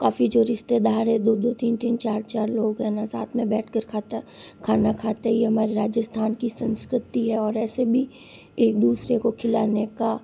काफ़ी जो रिश्तेदार है दो दो तीन तीन चार चार लोग हैं ना साथ में बैठ कर खाता खाना खाते ही है हमारे राजस्थान की संस्कृति है और ऐसे भी एक दूसरे को खिलाने का